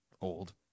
Old